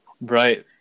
right